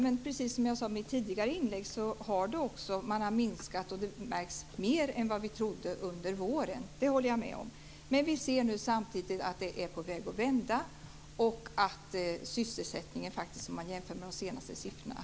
Men precis som jag sade i mitt tidigare inlägg har det minskat, och det märks mer än vad vi trodde under våren. Det håller jag med om. Samtidigt ser vi nu att det är på väg att vända och att sysselsättningen faktiskt ökar, om vi tittar på de senaste siffrorna.